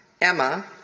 Emma